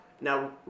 Now